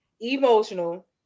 emotional